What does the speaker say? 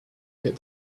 get